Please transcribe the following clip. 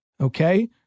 Okay